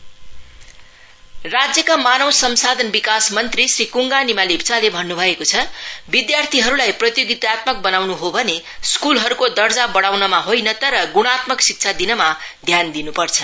Kunga Nima minister राज्य मानव संसाधन विकास मंत्री श्री क्ङगा निमा लेप्चाले भन्न् भएको छ विद्यार्थीहरूलाई प्रतियोगितात्मक बनाउन् हो भने स्कूलहरूको दर्जा बढाउनमा होइन तर ग्णात्मक शिक्षा दिनमा ध्यान दिन्पर्छ